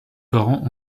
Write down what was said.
parents